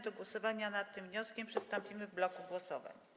Do głosowania nad tym wnioskiem przystąpimy w bloku głosowań.